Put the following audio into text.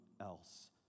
else